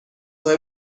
های